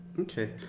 okay